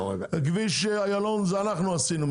כביש איילון זה אנחנו עשינו.